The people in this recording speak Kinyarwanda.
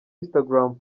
instagram